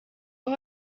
aho